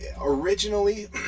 originally